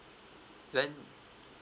then